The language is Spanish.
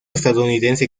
estadounidense